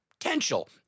Potential